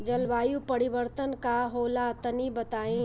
जलवायु परिवर्तन का होला तनी बताई?